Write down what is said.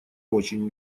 очень